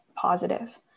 positive